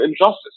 Injustice